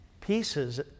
pieces